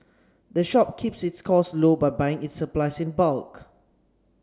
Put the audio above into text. the shop keeps its costs low by buying its supplies in bulk